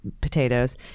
potatoes